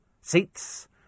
Seats